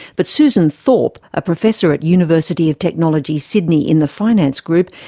but susan thorp, a professor at university of technology sydney in the finance group,